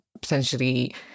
potentially